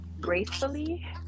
gracefully